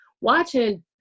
watching